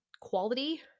quality